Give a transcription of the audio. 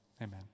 amen